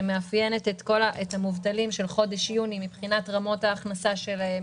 שמאפיינת את המובטלים של חודש יוני מבחינת רמות ההכנסה שלהם,